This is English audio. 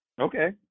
Okay